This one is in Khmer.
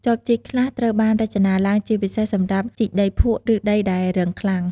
ចបជីកខ្លះត្រូវបានរចនាឡើងជាពិសេសសម្រាប់ជីកដីភក់ ឬដីដែលរឹងខ្លាំង។